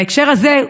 בהקשר הזה,